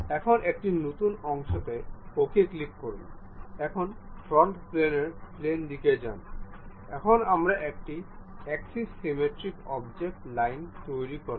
এখন একটি নতুন অংশতে OK ক্লিক করুন এখন ফ্রন্ট প্লেনের দিকে যান এখন আমরা একটি এক্সিস সিমেট্রিক অবজেক্ট লাইন তৈরি করব